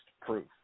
proof